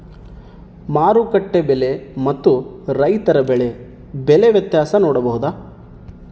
ಮಾರುಕಟ್ಟೆ ಬೆಲೆ ಮತ್ತು ರೈತರ ಬೆಳೆ ಬೆಲೆ ವ್ಯತ್ಯಾಸ ನೋಡಬಹುದಾ?